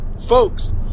folks